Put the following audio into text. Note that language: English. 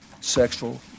sexual